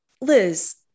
Liz